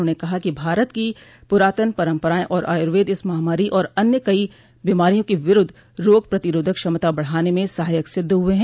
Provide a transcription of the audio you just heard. उन्होंने कहा कि भारत की पुरातन परंपराएं और आयुर्वेद इस महामारी और अन्य कई बीमारियों के विरूद्व रोग प्रतिरोधक क्षमता बढ़ाने में सहायक सिद्ध हुए हैं